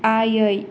आयै